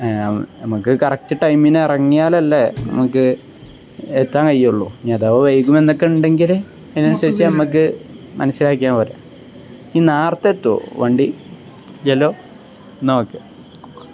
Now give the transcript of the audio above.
നമുക്ക് കറക്റ്റ് ടൈമിന് ഇറങ്ങിയാൽ അല്ലേ നമുക്ക് എത്താൻ കഴിയുകയുള്ളൂ അഥവാ വൈകും എന്നൊക്കെ ഉണ്ടെങ്കിൽ അതിന് അതിനനുസരിച്ചു നമ്മൾക്ക് മനസ്സിലാക്കിയാൽ പോരേ ഈ നേരത്തെ എത്തുമോ എന്നാൽ ഓക്കെ